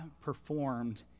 performed